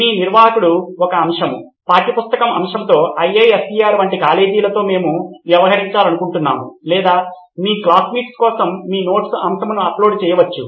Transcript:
మీ నిర్వాహకుడు ఒక అంశము పాఠ్యపుస్తక అంశముతో IISER వంటి కాలేజీలతో మేము వ్యవహరించాలనుకుంటున్నాము లేదా మీ క్లాస్మేట్స్ కోసం మీ నోట్స్ అంశమును అప్లోడ్ చేయవచ్చు